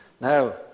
Now